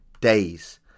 days